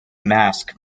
mask